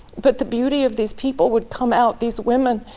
but the beauty of these people would come out, these women.